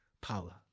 power